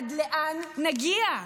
עד לאן נגיע?